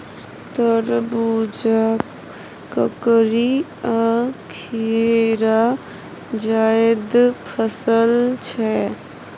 तरबुजा, ककरी आ खीरा जाएद फसल छै